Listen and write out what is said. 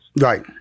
Right